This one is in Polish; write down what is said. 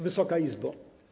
Wysoka Izbo!